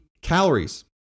calories